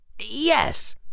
Yes